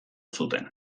zuten